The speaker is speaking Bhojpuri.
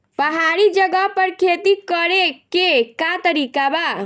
पहाड़ी जगह पर खेती करे के का तरीका बा?